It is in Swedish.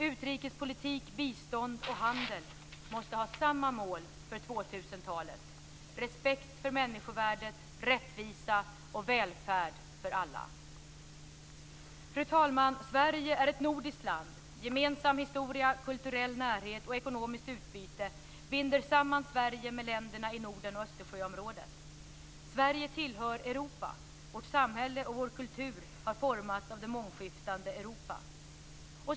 Utrikespolitik, bistånd och handel måste ha samma mål för 2000 talet: respekt för människovärdet, rättvisa och välfärd för alla. Fru talman! Sverige är ett nordiskt land. Gemensam historia, kulturell närhet och ekonomiskt utbyte binder samman Sverige med länderna i Norden och Sverige tillhör Europa. Vårt samhälle och vår kultur har formats av det mångskiftande Europa.